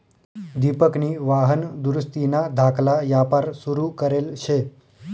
दिपकनी वाहन दुरुस्तीना धाकला यापार सुरू करेल शे